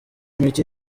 mike